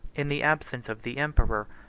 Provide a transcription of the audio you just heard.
in the absence of the emperor,